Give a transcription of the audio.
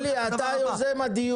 אלי, אתה יוזם הדיון.